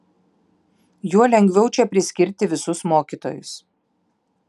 juo lengviau čia priskirti visus mokytojus